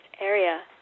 area